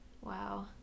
Wow